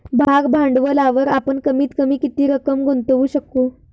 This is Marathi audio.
भाग भांडवलावर आपण कमीत कमी किती रक्कम गुंतवू शकू?